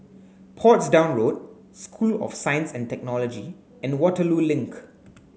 Portsdown Road School of Science and Technology and Waterloo Link